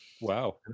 Wow